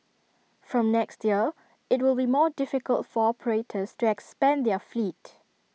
from next year IT will be more difficult for operators to expand their fleet